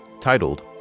titled